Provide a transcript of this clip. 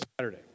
Saturday